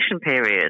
period